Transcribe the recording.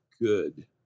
good